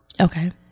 Okay